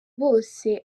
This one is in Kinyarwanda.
bose